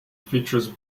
features